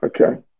Okay